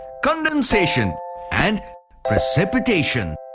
condensation and precipitation.